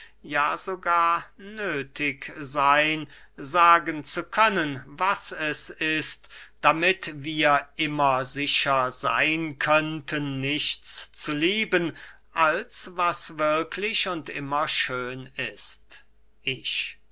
ja sogar nöthig seyn sagen zu können was es ist damit wir immer sicher seyn könnten nichts zu lieben als was wirklich und immer schön ist ich